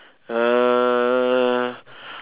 uh